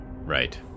Right